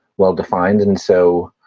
well-defined. and so